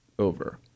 over